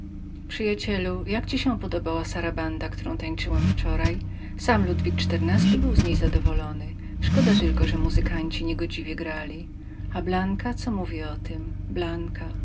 przyjacielu alwarze jak ci się podoba sarabanda którą tańczyłem wczoraj sam ludwik xiv był z niej zadowolony szkoda tylko że muzykanci niegodziwie grali a blanka co mówi o tem blanka